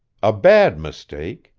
a bad mistake.